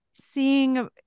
seeing